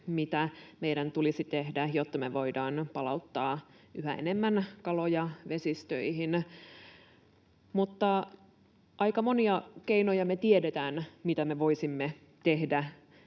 mitä meidän tulisi tehdä, jotta me voidaan palauttaa yhä enemmän kaloja vesistöihin. Mutta aika monia keinoja me tiedetään, mitä me voisimme tehdä.